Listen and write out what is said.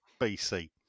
BC